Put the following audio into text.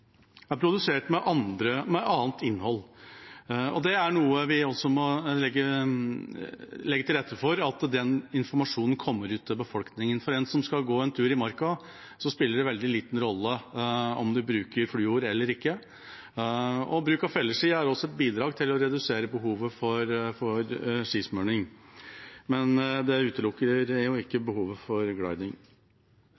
er produsert med annet innhold. Vi må også legge til rette for at den informasjonen kommer ut til befolkningen. For en som skal gå en tur i marka, spiller det veldig liten rolle om en bruker fluor eller ikke. Bruk av felleski er også et bidrag til å redusere behovet for skismurning, men det utelukker ikke